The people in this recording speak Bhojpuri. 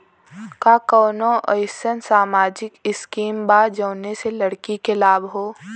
का कौनौ अईसन सामाजिक स्किम बा जौने से लड़की के लाभ हो?